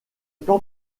plan